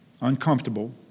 uncomfortable